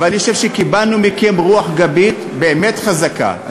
אבל אני חושב שקיבלנו מכם רוח גבית באמת חזקה.